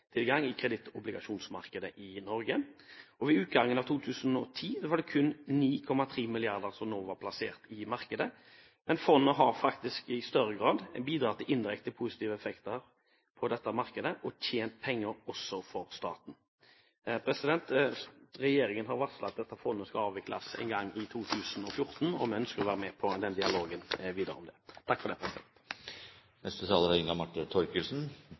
kapitaltilgang i kredittobligasjonsmarkedet i Norge. Ved utgangen av 2010 var det kun 9,3 mrd. kr som var plassert i markedet. Men fondet har faktisk i større grad bidratt til indirekte positive effekter på dette markedet og tjent penger også for staten. Regjeringen har varslet at dette fondet skal avvikles en gang i 2014, og vi ønsker å være med på den dialogen videre om det. Dette er